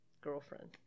girlfriend